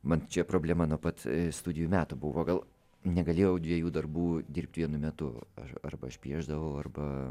man čia problema nuo pat studijų metų buvo gal negalėjau dviejų darbų dirbt vienu metu ar arba aš piešdavau arba